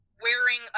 wearing